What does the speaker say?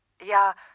Ja